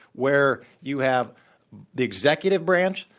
where you have the executive branch,